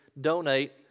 donate